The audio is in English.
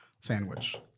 sandwich